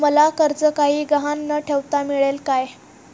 मला कर्ज काही गहाण न ठेवता मिळेल काय?